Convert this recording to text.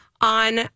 on